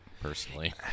personally